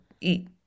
eat